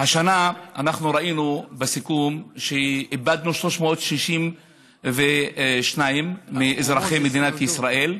השנה אנחנו ראינו בסיכום שאיבדנו 362 מאזרחי מדינת ישראל,